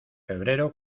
febrero